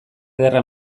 ederra